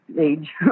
age